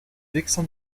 vexin